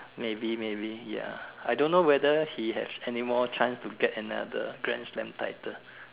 maybe maybe ya I don't know whether he have anymore chance to get another grand slam title